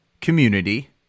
community